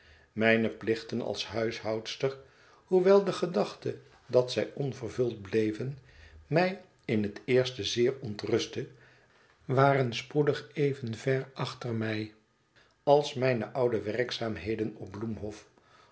mijne plichten als huishoudster hoewel de gedachte dat zij onvervuld bleven mij in het eerst zeer ontrustte waren spoedig even ver achter mij als mijne oude werkzaamheden op bloemhof